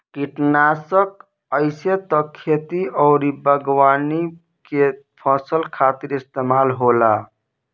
किटनासक आइसे त खेती अउरी बागवानी के फसल खातिर इस्तेमाल होला